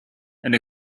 and